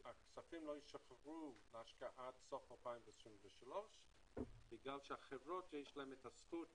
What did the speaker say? שהכספים לא ישוחררו להשקעה עד סוף 2023 בגלל שלחברות יש את הזכות